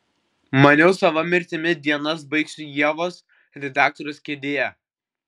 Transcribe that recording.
maniau sava mirtimi dienas baigsiu ievos redaktorės kėdėje